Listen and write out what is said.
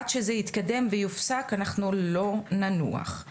עד זה יתקדם ויסופק אנחנו לא ננוח.